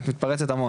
את מתפרצת המון,